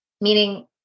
meaning